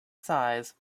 size